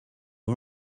all